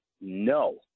no